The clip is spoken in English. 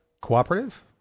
Cooperative